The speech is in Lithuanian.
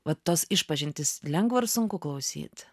va tos išpažintys lengva ar sunku klausyt